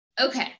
okay